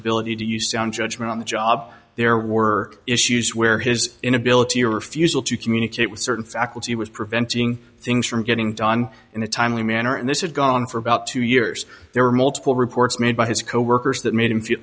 ability to use sound judgment on the job there were issues where his inability or refusal to communicate with certain faculty was preventing things from getting done in a timely manner and this had gone on for about two years there were multiple reports made by his coworkers that made him